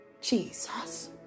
Jesus